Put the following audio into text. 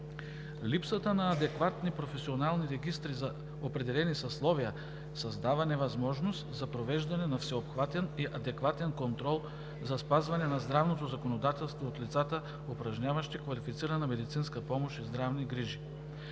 Липсата на адекватни професионални регистри за определени съсловия създава невъзможност за провеждане на всеобхватен и адекватен контрол за спазване на здравното законодателство от лицата, упражняващи квалифицирана медицинска помощ и здравни грижи.